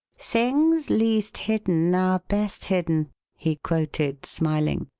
things least hidden are best hidden he quoted, smiling.